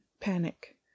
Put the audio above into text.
panic